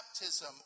baptism